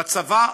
בצבא,